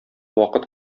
вакыт